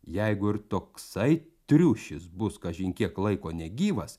jeigu ir toksai triušis bus kažin kiek laiko negyvas